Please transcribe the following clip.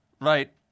Right